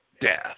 death